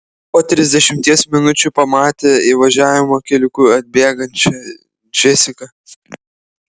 po trisdešimties minučių pamatė įvažiavimo keliuku atbėgančią džesiką